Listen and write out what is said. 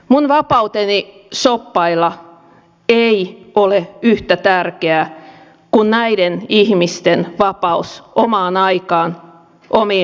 minun vapauteni shoppailla ei ole yhtä tärkeä kuin näiden ihmisten vapaus omaan aikaan omiin läheisiin